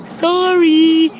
sorry